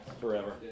forever